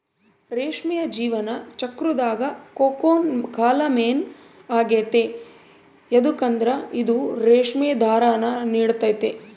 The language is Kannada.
ರೇಷ್ಮೆಯ ಜೀವನ ಚಕ್ರುದಾಗ ಕೋಕೂನ್ ಕಾಲ ಮೇನ್ ಆಗೆತೆ ಯದುಕಂದ್ರ ಇದು ರೇಷ್ಮೆ ದಾರಾನ ನೀಡ್ತತೆ